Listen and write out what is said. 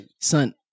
son